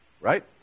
right